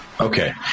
Okay